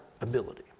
ability